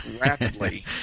rapidly